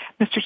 Mr